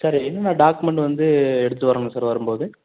sir என்னென்ன document வந்து எடுத்துகிட்டு வரணும்ங்க சார் வரும்போது